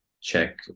check